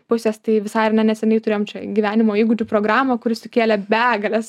pusės tai visai ar ne neseniai turėjom čia gyvenimo įgūdžių programą kuri sukėlė begales